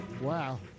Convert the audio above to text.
Wow